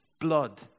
blood